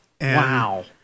Wow